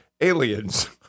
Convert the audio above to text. aliens